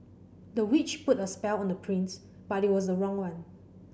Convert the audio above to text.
the witch put a spell on the prince but it was a wrong one